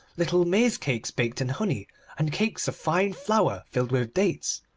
little maize-cakes baked in honey and cakes of fine flour filled with dates.